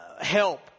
help